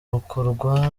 rukorwa